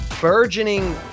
burgeoning